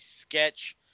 Sketch